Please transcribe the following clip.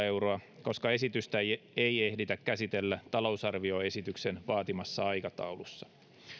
euroa koska esitystä ei ei ehditä käsitellä talousarvioesityksen vaatimassa aikataulussa